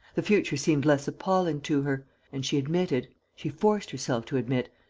the future seemed less appalling to her and she admitted, she forced herself to admit,